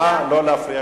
נא לא להפריע.